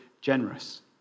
generous